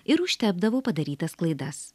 ir užtepdavo padarytas klaidas